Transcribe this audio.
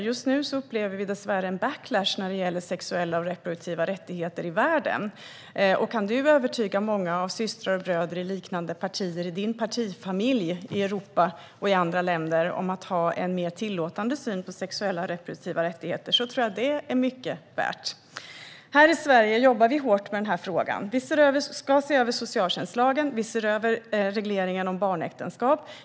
Just nu upplever vi dessvärre en backlash när det gäller sexuella och reproduktiva rättigheter i världen. Om du kan övertyga många systrar och bröder i liknande partier i din partifamilj i Europa och i andra länder om att ha en mer tillåtande syn på sexuella och reproduktiva rättigheter tror jag att det är mycket värt. Här i Sverige jobbar vi hårt med frågan. Vi ska se över socialtjänstlagen. Vi ser över regleringen om barnäktenskap.